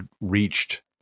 reached